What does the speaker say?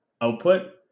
output